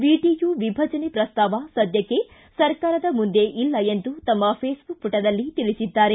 VTU ವಿಭಜನೆ ಪ್ರಸ್ತಾವ ಸದ್ಯಕ್ಕೆ ಸರ್ಕಾರದ ಮುಂದೆ ಇಲ್ಲ ಎಂದು ತಮ್ಮ ಫೇಸಬುಕ್ ಮಟದಲ್ಲಿ ತಿಳಿಸಿದ್ದಾರೆ